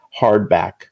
hardback